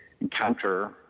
encounter